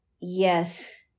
Yes